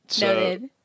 Noted